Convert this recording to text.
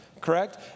correct